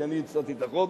כי אני הצעתי את החוק.